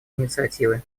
инициативы